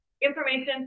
information